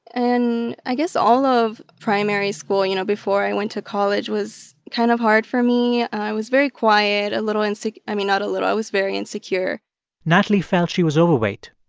and i guess all of primary school, you know, before i went to college, was kind of hard for me. i was very quiet, a little i mean, not a little. i was very insecure natalie felt she was overweight.